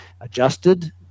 adjusted